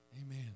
Amen